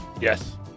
Yes